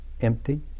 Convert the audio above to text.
empty